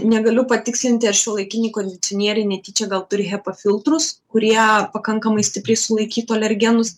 negaliu patikslinti ar šiuolaikiniai kondicionieriai netyčia gal turi hepa filtrus kurie pakankamai stipriai sulaikytų alergenus